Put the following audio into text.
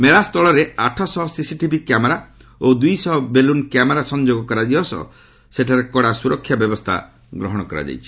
ମେଳା ସ୍ଥଳରେ ଆଠଶହ ସିସିଟିଭି କ୍ୟାମେରା ଓ ଦୁଇଶହ ବେଲୁନ୍ କ୍ୟାମେରା ସଂଯୋଗ କରାଯିବା ସହ ସେଠାରେ କଡ଼ା ସ୍ୱରକ୍ଷା ବ୍ୟବସ୍ଥା ଗ୍ରହଣ କରାଯାଇଛି